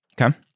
Okay